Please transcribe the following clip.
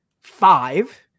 five